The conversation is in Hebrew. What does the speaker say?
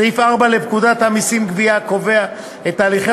סעיף 4 לפקודת המסים (גבייה) קובע את הליכי